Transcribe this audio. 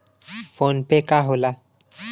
PhonePe का होला?